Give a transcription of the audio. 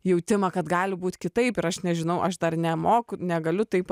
jautimą kad gali būt kitaip ir aš nežinau aš dar nemoku negaliu taip